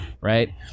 right